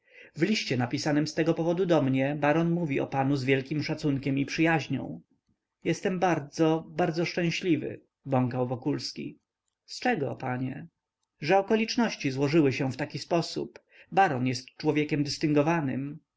liście napisanym z tego powodu do mnie baron mówi o panu z wielkim szacunkiem i przyjaźnią jestem bardzo bardzo szczęśliwy bąkał wokulski z czego panie że okoliczności złożyły się w taki sposób baron jest człowiekiem